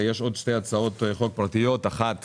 ויש עוד שתי הצעות חוק פרטיות: אחת,